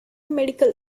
medical